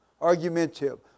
Argumentative